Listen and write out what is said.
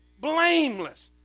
Blameless